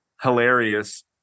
hilarious